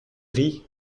rit